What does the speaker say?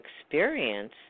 experience